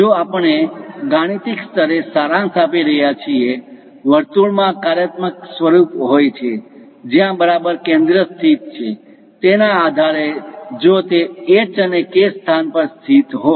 જો આપણે ગાણિતિક સ્તરે સારાંશ આપી રહ્યા છીએ વર્તુળમાં કાર્યાત્મક સ્વરૂપ હોય છે જ્યાં બરાબર કેન્દ્ર સ્થિત છે તેના આધારે જો તે h અને k સ્થાન પર સ્થિત હોય